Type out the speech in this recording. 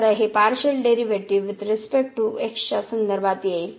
तर च्या संदर्भात होईल